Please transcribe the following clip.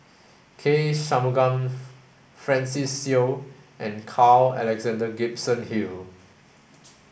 K Shanmugam Francis Seow and Carl Alexander Gibson Hill